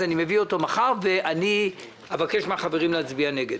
אביא אותו מחר ואבקש מן החברים להצביע נגד.